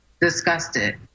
disgusted